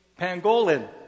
pangolin